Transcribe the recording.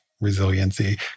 resiliency